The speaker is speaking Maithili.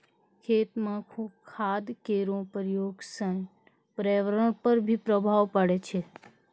खेत म खाद केरो प्रयोग सँ पर्यावरण पर भी प्रभाव पड़ै छै